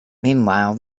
meanwhile